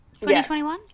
2021